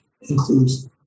includes